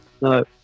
No